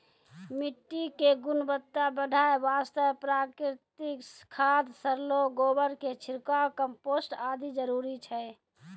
मिट्टी के गुणवत्ता बढ़ाय वास्तॅ प्राकृतिक खाद, सड़लो गोबर के छिड़काव, कंपोस्ट आदि जरूरी छै